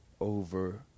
Over